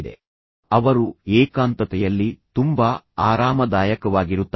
ಮತ್ತು ಕುತೂಹಲಕಾರಿಯಾಗಿ ಅವರು ಜನಸಂದಣಿಯಲ್ಲಿರಬಹುದು ಆದರೆ ಅದೇ ಸಮಯದಲ್ಲಿ ಅವರು ಏಕಾಂತತೆಯಲ್ಲಿ ತುಂಬಾ ಆರಾಮದಾಯಕವಾಗಿರುತ್ತಾರೆ